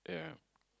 yeah